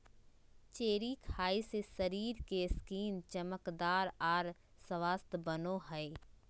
cherry खाय से शरीर के स्किन चमकदार आर स्वस्थ बनो हय